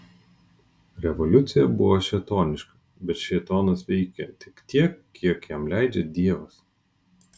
revoliucija buvo šėtoniška bet šėtonas veikia tik tiek kiek jam leidžia dievas